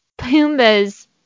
Pumbaa's